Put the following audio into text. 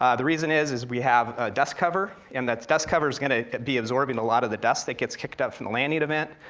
ah the reason is, is we have a dust cover, and that dust cover's gonna be absorbing a lot of the dust that gets kicked up from the landing event,